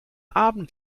abend